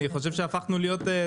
אני חושב שהפכנו להיות,